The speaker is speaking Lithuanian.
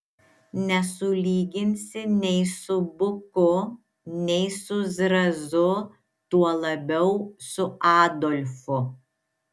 nesulyginsi nei su buku nei su zrazu tuo labiau su adolfu